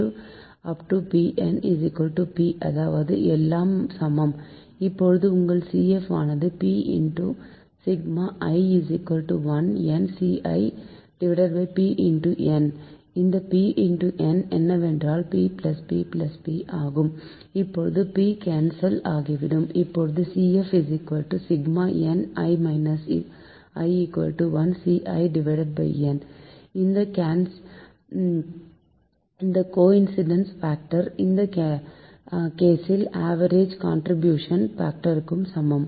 pnp அதாவது எல்லாம் சமம் இப்போது உங்கள் CF ஆனது p i1nci pn இந்த pn என்னவென்றால் ppp ஆகும் இப்போது p கேன்சல் ஆகிவிடும் இப்போது CF i1nci n இந்த கோய்ன்ஸிடன்ஸ் பாக்டர் இந்த கேசில் ஆவரேஜ் கான்ட்ரிபியூஷன் பாக்டர்களுக்கு சமம்